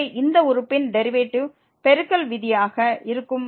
எனவே இந்த உறுப்பின் டெரிவேட்டிவ் பெருக்கல் விதியாக இருக்கும்